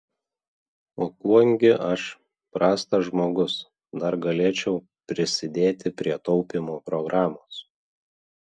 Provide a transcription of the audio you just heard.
o kuom gi aš prastas žmogus dar galėčiau prisidėti prie taupymo programos